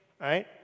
right